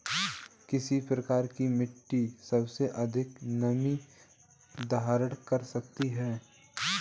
किस प्रकार की मिट्टी सबसे अधिक नमी धारण कर सकती है?